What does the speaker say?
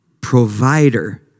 Provider